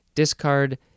Discard